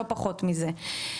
לא פחות מזה.